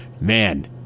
Man